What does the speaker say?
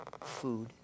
food